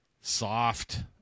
soft